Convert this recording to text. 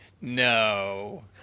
no